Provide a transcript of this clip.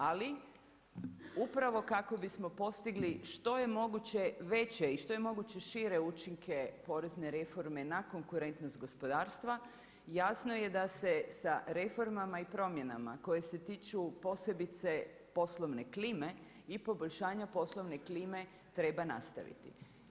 Ali upravo kako bismo postigli što je moguće veće i što je moguće šire učinke porezne reforme na konkurentnost gospodarstva jasno je da se sa reformama i promjenama koje se tiču posebice poslovne klime i poboljšanja poslovne klime treba nastaviti.